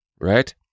right